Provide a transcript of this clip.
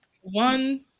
One